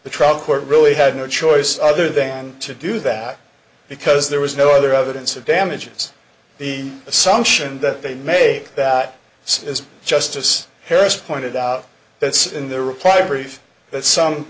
the trial court really had no choice other than to do that because there was no other evidence of damages the assumption that they may that is justice harris pointed out that's in the reply brief that some